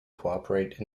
cooperate